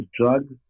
drugs